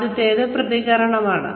ആദ്യത്തേത് പ്രതികരണമാണ്